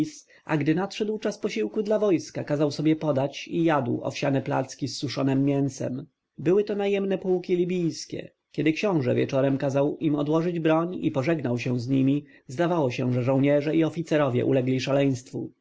a gdy nadszedł czas posiłku dla wojska kazał sobie podać i jadł owsiane placki z suszonem mięsem były to najemne pułki libijskie kiedy książę wieczorem kazał im odłożyć broń i pożegnał się z nimi zdawało się że żołnierze i oficerowie ulegli szaleństwu